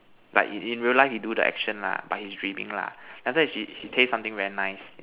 like in in real life he do the action lah but he dreaming lah then after that he he taste something very nice